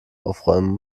aufräumen